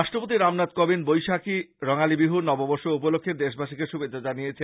রাষ্ট্রপতি রামনাথ কোবিন্দ বৈশাখী রঙ্গালী বিহু নববর্ষ উপলক্ষে দেশবাসীকে শুভেচ্ছা জানিয়েছেন